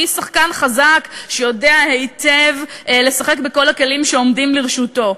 היא שחקן חזק שיודע לשחק היטב בכל הכלים שעומדים לרשותו.